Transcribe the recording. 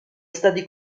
stati